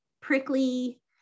Prickly